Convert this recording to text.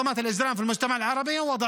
התברר שהערבית שלו על הפנים.